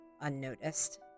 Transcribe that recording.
unnoticed